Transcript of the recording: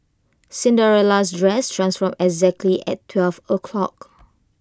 Cinderella's dress transformed exactly at twelve o'clock